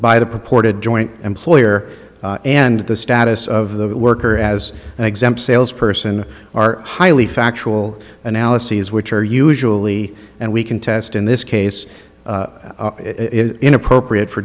by the purported joint employer and the status of the worker as an exempt salesperson are highly factual analyses which are usually and we can test in this case in appropriate for